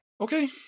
Okay